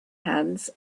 hands